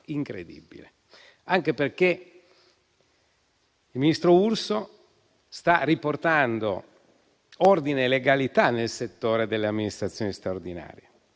anche perché il ministro Urso sta riportando ordine e legalità nel settore delle amministrazioni straordinarie.